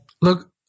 Look